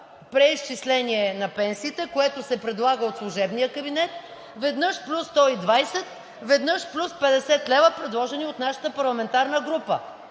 преизчисление на пенсиите, което се предлага от служебния кабинет, веднъж плюс 120, веднъж плюс 50 лв., предложени от нашата парламентарна група.